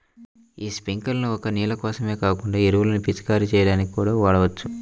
యీ స్పింకర్లను ఒక్క నీళ్ళ కోసమే కాకుండా ఎరువుల్ని పిచికారీ చెయ్యడానికి కూడా వాడొచ్చు